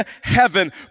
heaven